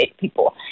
people